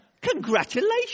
Congratulations